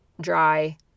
dry